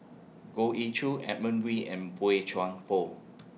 Goh Ee Choo Edmund Wee and Boey Chuan Poh